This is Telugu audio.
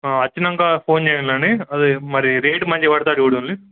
వచ్చినాక ఫోన్ చేయాల అండి అది మరి రేటు మంచిగా పెడతా చూడండి